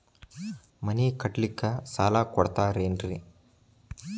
ಮನಿ ಕಟ್ಲಿಕ್ಕ ಸಾಲ ಕೊಡ್ತಾರೇನ್ರಿ?